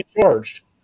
charged